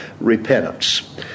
repentance